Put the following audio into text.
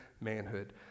manhood